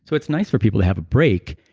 so it's nice for people to have a break.